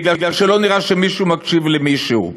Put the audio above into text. בגלל שלא נראה שמישהו מקשיב למישהו.